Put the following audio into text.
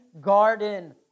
garden